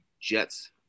Jets